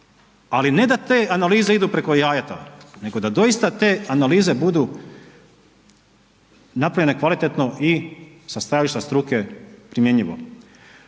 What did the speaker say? ali ne da te analize idu preko Jajeta, nego da doista te analize bude napravljene kvalitetno i sa stajališta struke primjenjivo.